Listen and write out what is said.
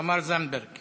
תמר זנדברג